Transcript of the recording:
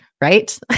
right